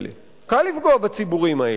דברים,